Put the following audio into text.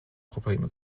probleme